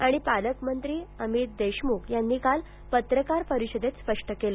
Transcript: आणि पालकमंत्री अमित देशम्ख यांनी काल पत्रकार परिषदेत स्पष्ट केलं